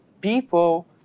people